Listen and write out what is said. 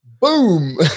Boom